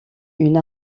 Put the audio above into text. une